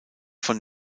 von